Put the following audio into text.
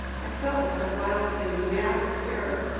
i felt like a wild thing, mad with terror,